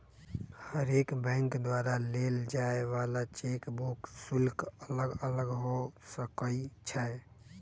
हरेक बैंक द्वारा लेल जाय वला चेक बुक शुल्क अलग अलग हो सकइ छै